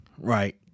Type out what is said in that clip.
right